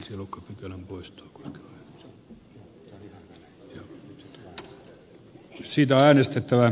kannatan tätä erittäin hyvää ehdotusta